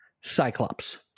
Cyclops